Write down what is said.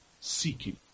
seeking